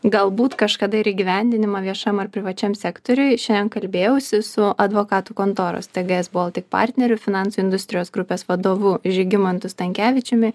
galbūt kažkada ir įgyvendinimą viešam ar privačiam sektoriuj šiandien kalbėjausi su advokatų kontoros tgs baltic partneriu finansų industrijos grupės vadovu žygimantu stankevičiumi